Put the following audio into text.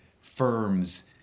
firms